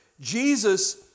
Jesus